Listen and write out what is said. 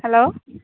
hello